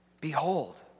Behold